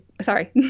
sorry